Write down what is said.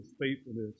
faithfulness